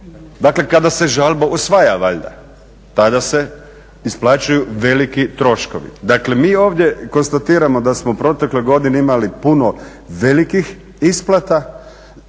Dakle, kada se žalba usvaja valjda, tada se isplaćuju veliki troškovi. Dakle, mi ovdje konstatiramo da smo u protekloj godini imali puno velikih isplata,